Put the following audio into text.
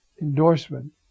endorsement